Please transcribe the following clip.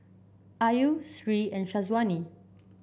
Ayu Sri and Syazwani